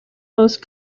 most